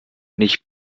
nicht